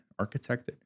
architected